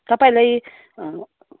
तपाईँलाई